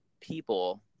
people